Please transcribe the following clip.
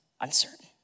uncertain